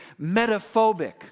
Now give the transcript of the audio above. metaphobic